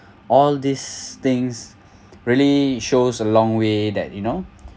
all these things really shows a long way that you know